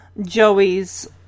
joey's